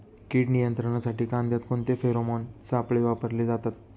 कीड नियंत्रणासाठी कांद्यात कोणते फेरोमोन सापळे वापरले जातात?